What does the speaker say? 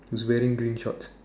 he's wearing green shorts